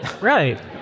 Right